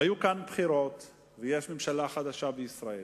היו כאן בחירות ויש ממשלה חדשה בישראל,